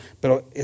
Pero